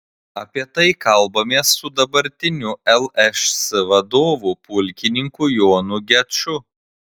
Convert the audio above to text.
apie tai kalbamės su dabartiniu lšs vadu pulkininku jonu geču